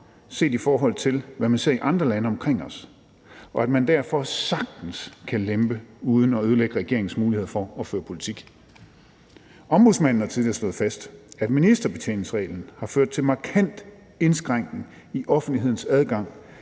set i forhold til hvad man ser i andre lande omkring os, og at man derfor sagtens kan lempe uden at ødelægge regeringens muligheder for at føre politik. Ombudsmanden har tidligere slået fast, at ministerbetjeningsreglen har ført til en markant indskrænkning i offentlighedens adgang